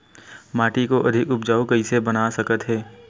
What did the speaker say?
माटी को अधिक उपजाऊ कइसे बना सकत हे?